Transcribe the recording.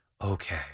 Okay